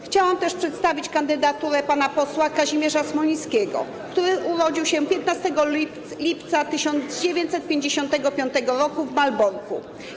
Chciałam też przedstawić kandydaturę pana posła Kazimierza Smolińskiego, który urodził się 15 lipca 1955 r. w Malborku.